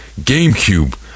GameCube